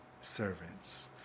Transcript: servants